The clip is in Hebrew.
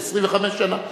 זה 25 שנה.